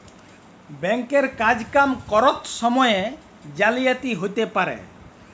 bank এর কাজ কাম ক্যরত সময়ে জালিয়াতি হ্যতে পারে